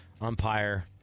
umpire